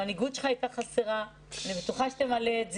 המנהיגות שלך הייתה חסרה ואני בטוחה שתמלא את זה.